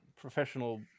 professional